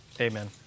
Amen